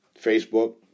Facebook